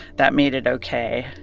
that made it ok